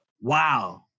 Wow